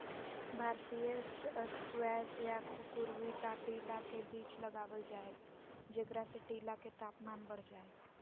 भारतीय स्क्वैश या कुकुरविता टीला के बीच लगावल जा हई, जेकरा से टीला के तापमान बढ़ जा हई